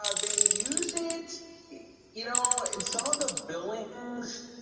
ah they use it you know and some of the buildings